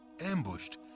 Ambushed